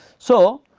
so,